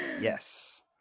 Yes